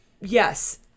yes